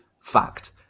fact